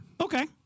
Okay